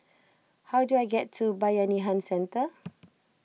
how do I get to Bayanihan Centre